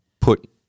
put